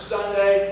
Sunday